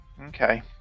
Okay